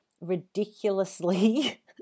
ridiculously